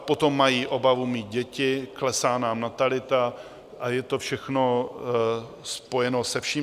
Potom mají obavu mít děti, klesá nám natalita a je to všechno spojeno se vším.